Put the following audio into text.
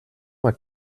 mal